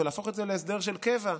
להפוך את זה להסדר של קבע,